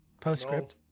Postscript